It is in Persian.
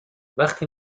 وقتی